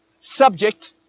subject